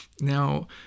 Now